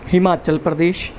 Himachal Pradesh